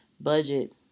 budget